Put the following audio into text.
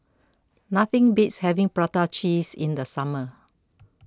nothing beats having Prata Cheese in the summer